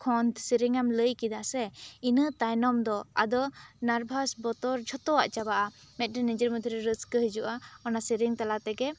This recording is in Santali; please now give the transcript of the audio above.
ᱠᱷᱚᱫᱽ ᱥᱮᱨᱮᱧ ᱮᱢ ᱞᱟᱹᱭ ᱠᱮᱫᱟ ᱥᱮ ᱤᱱᱟᱹ ᱛᱟᱭᱱᱚᱢ ᱫᱚ ᱟᱫᱚ ᱱᱟᱨᱵᱷᱟᱥ ᱵᱚᱛᱚᱨ ᱡᱷᱚᱛᱚᱣᱟᱜ ᱪᱟᱵᱟᱜᱼᱟ ᱢᱤᱫᱴᱮᱱ ᱱᱤᱡᱮᱨ ᱢᱚᱫᱷᱚ ᱨᱮ ᱨᱟᱹᱥᱠᱟᱹ ᱦᱤᱡᱩᱜᱼᱟ ᱚᱱᱟ ᱥᱮᱨᱮᱧ ᱛᱟᱞᱟ ᱛᱮᱜᱮ